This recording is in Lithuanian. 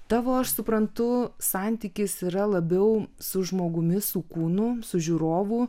tavo aš suprantu santykis yra labiau su žmogumi su kūnu su žiūrovu